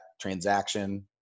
transaction